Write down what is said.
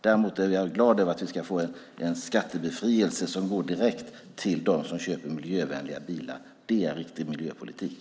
Däremot är jag glad över att vi ska få en skattebefrielse som går direkt till dem som köper miljövänliga bilar. Det är en riktig miljöpolitik.